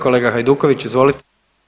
Kolega Hajduković, izvolite.